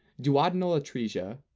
duodenal atresia,